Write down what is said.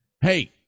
Hey